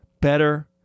better